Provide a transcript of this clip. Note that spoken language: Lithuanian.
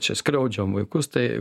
čia skriaudžia vaikus tai